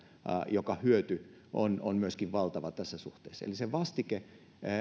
joka hyöty on on myöskin valtava tässä suhteessa eli se vastike on jo sisällytetty se vastike